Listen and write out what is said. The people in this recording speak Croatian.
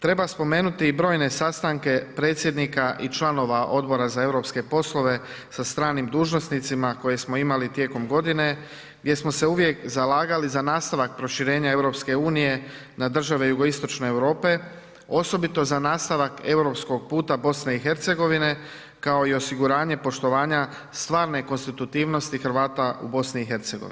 Treba spomenuti i brojne sastanke predsjednika i članova Odbora za europske poslove sa stranim dužnosnicima koje smo imali tijekom godine gdje smo se uvijek zalagali za nastavak proširenja EU na države jugoistočne Europe osobito za nastavak europskog puta BiH kao i osiguranje poštovanja stvarne konstitutivnosti Hrvata u BiH.